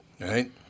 right